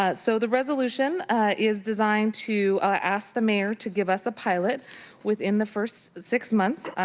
ah so the resolution is designed to ask the mayor to give us a pilot within the first six months,